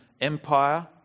Empire